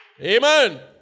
Amen